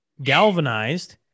galvanized